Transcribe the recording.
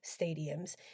stadiums